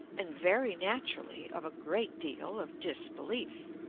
and, very naturally, of a great deal of disbelief.